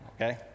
okay